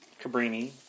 Cabrini